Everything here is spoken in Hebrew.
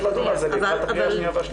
לדון על זה לקראת הקריאה השנייה והשלישית.